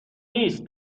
نیست